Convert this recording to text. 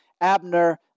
Abner